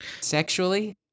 Sexually